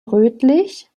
rötlich